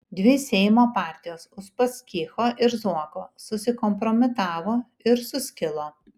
dvi seimo partijos uspaskicho ir zuoko susikompromitavo ir suskilo